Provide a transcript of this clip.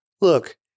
Look